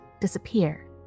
disappear